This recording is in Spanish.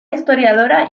historiadora